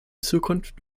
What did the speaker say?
zukunft